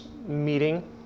Meeting